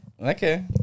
okay